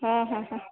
हां हां हां